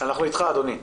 אנחנו איתך, אדוני.